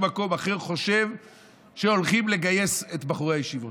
מקום אחר חושב שהולכים לגייס את בחורי הישיבות.